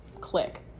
click